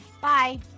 Bye